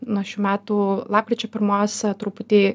nuo šių metų lapkričio pirmos truputį